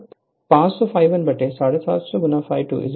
तो 500 ∅1 750 ∅2 2∅13∅2 है यह समीकरण 3 है